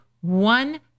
one